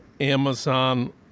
Amazon